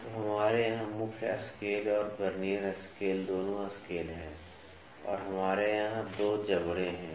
तो हमारे यहां मुख्य स्केल और वर्नियर स्केल दोनों स्केल हैं और हमारे यहां 2 जबड़े हैं